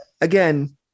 again